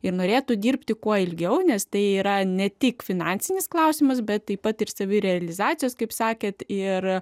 ir norėtų dirbti kuo ilgiau nes tai yra ne tik finansinis klausimas bet taip pat ir savirealizacijos kaip sakėte ir